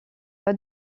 pas